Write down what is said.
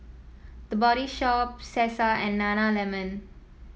The Body Shop Cesar and Nana lemon